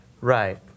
right